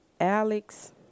Alex